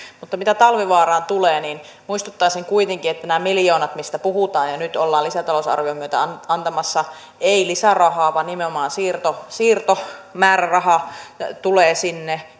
mitä talvivaaraan tulee niin muistuttaisin kuitenkin että nämä miljoonat mistä puhutaan ja mitä nyt ollaan lisätalousarvion myötä antamassa eivät ole lisärahaa vaan nimenomaan siirtomääräraha tulee sinne